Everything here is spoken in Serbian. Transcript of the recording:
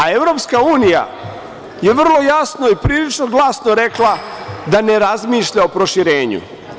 Evropska unija je vrlo jasno i prilično glasno rekla da ne razmišlja o proširenju.